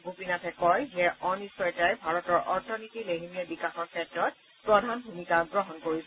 গোপীনাথে কয় যে অনিশ্চয়তাই ভাৰতৰ অৰ্থনীতিৰ লেহেমিয়া বিকাশৰ ক্ষেত্ৰত প্ৰধান ভূমিকা গ্ৰহণ কৰিছে